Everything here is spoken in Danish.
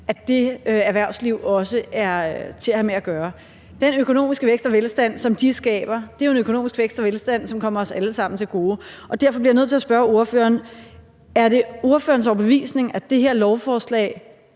eller permanent, også er til at have med at gøre. Den økonomiske vækst og velstand, som de skaber, er jo en økonomisk vækst og velstand, som kommer os alle sammen til gode, og derfor bliver jeg nødt til at spørge ordføreren: Er det ordførerens overbevisning, at det her lovforslag